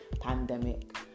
pandemic